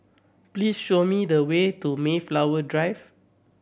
please show me the way to Mayflower Drive